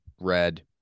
red